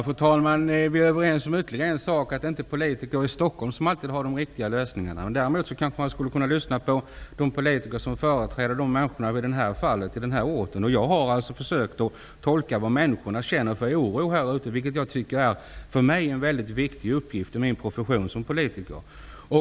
Fru talman! Vi är överens om ytterligare en sak, att det inte är politiker i Stockholm som alltid har de riktiga lösningarna. Därmed kanske man skulle kunna lyssna på de politiker som i det här fallet företräder människorna på den här orten. Jag har försökt att tolka den oro som människorna därute känner, vilket för mig är en väldigt viktig uppgift i min profession som politiker.